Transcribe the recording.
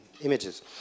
images